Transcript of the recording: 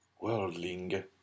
worldling